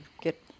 get